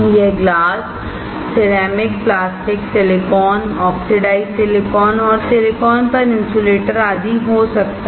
यह glass ceramic plastic silicon oxidised silicon silicon पर insulator आदि हो सकता है